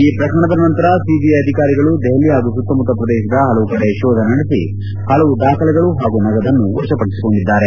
ಈ ಪ್ರಕರಣದ ನಂತರ ಸಿಬಿಐ ಅಧಿಕಾರಿಗಳು ದೆಹಲಿ ಹಾಗೂ ಸುತ್ತಮುತ್ತ ಪ್ರದೇಶದ ಹಲವು ಕಡೆ ಶೋಧ ನಡೆಸಿ ಹಲವು ದಾಖಲೆಗಳು ಹಾಗೂ ನಗದನ್ನು ವಶಪಡಿಸಿಕೊಂಡಿದ್ದಾರೆ